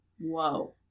Whoa